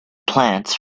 plants